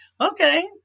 Okay